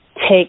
take